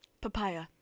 Papaya